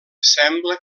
sembla